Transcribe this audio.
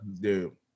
Dude